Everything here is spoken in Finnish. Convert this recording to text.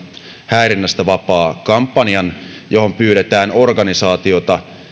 häirinnästä vapaa kampanjan johon pyydetään organisaatioita